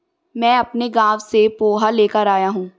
मैं अपने गांव से पोहा लेकर आया हूं